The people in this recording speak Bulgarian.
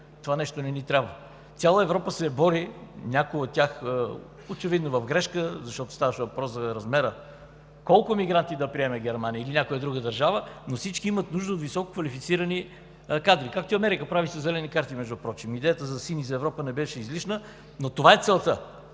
това нещо не ни трябва. Цяла Европа се бори, някои от тях – очевидно в грешка, защото ставаше въпрос за размера – колко мигранти да приеме Германия или някоя друга държава, но всички имат нужда от висококвалифицирани кадри. Както и Америка прави със зелените карти впрочем. Идеята за сини за Европа не беше излишна. Но това е целта